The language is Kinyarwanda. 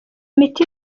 miti